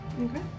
Okay